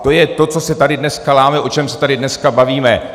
To je to, co se tady dneska láme, o čem se tady dneska bavíme.